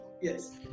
Yes